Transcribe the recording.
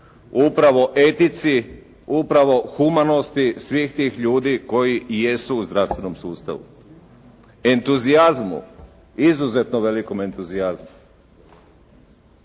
upravo etici, upravo humanosti svih tih ljudi koji jesu u zdravstvenom sustavu, entuzijazmu, izuzetno velikom entuzijazmu.